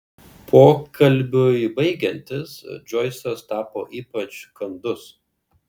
pokalbiui baigiantis džoisas tapo ypač kandus